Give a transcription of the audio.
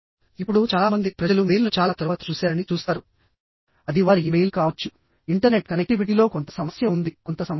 ఇప్పుడు చాలా మంది ప్రజలు మెయిల్ను చాలా తరువాత చూశారని చూస్తారు అది వారి ఇమెయిల్ కావచ్చు ఇంటర్నెట్ కనెక్టివిటీలో కొంత సమస్య ఉంది కొంత సమస్య ఉంది